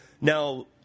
Now